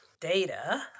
data